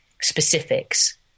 specifics